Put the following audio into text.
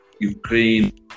Ukraine